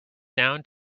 down